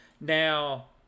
Now